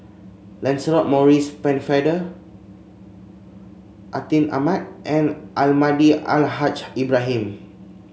Lancelot Maurice Pennefather Atin Amat and Almahdi Al Haj Ibrahim